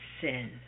sin